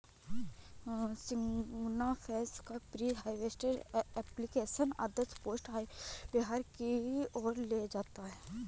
सिग्नाफ्रेश का pre harvest application आदर्श post harvest व्यवहार की ओर ले जाता है